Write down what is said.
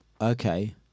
Okay